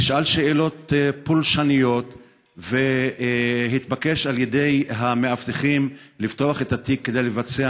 נשאל שאלות פולשניות והתבקש על ידי המאבטחים לפתוח את התיק כדי לבצע,